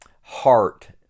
heart